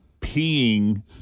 peeing